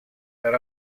per